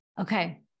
Okay